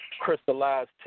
crystallized